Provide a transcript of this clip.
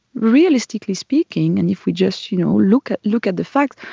realistically speaking, and if we just you know look at look at the facts,